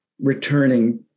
returning